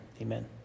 amen